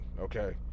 okay